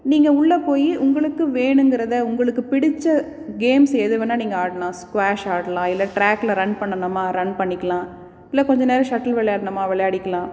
நீங்கள் உள்ளே போய் உங்களுக்கு வேணுங்கிறதை உங்களுக்கு பிடித்த கேம்ஸ் எது வேணா நீங்கள் ஆடலாம் ஸ்குவாஷ் ஆடலாம் இல்லை ட்ராக்கில் ரன் பண்ணணுமா ரன் பண்ணிக்கலாம் இல்லை கொஞ்சம் நேரம் ஷட்டில் விளையாடணுமா விளையாடிக்கலாம்